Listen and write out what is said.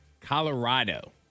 Colorado